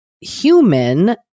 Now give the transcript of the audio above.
human